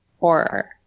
horror